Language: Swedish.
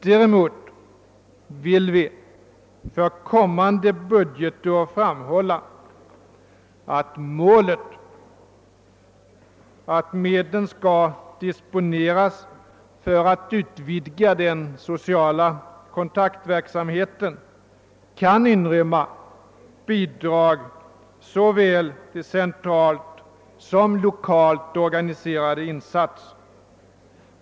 Däremot vill vi för kommande budgetår framhålla att målet, att medel skall disponeras för att utvidga den sociala kontaktverksamheten, kan inrymma bidrag till såväl centralt som lokalt organiserade insatser.